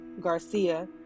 Garcia